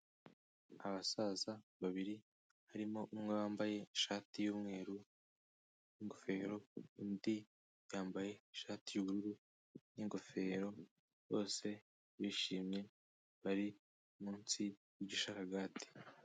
Abasaza babiri, harimo umwe wambaye ishati y'umweru n'ingofero, undi yambaye ishati y'ubururu n'ingofero, bose bishimye bari munsi y'igisharagati